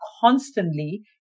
constantly